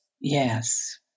Yes